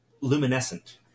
luminescent